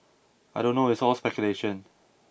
I don't know it's all speculation